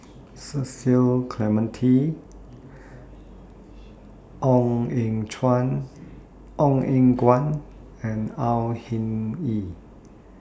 Cecil Clementi Ong Eng Guan and Au Hing Yee